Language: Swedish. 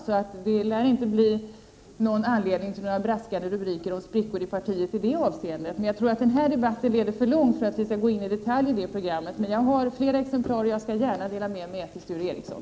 Det lär således inte finnas någon anledning till braskande rubriker om sprickor i partiet i det avseendet. Jag tror dock att den här debatten leder alltför långt om vi skall gå in på detaljer vad gäller det programmet. Jag har flera exemplar av det och delar, som sagt, gärna med mig till Sture Ericson.